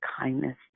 kindness